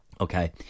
Okay